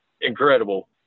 incredible